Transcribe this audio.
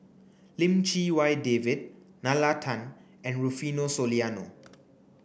Lim Chee Wai David Nalla Tan and Rufino Soliano